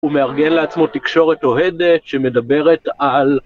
ומארגן לעצמו תקשורת אוהדת שמדברת על...